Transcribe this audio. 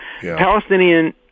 Palestinian